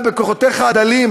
ובכוחותיך הדלים,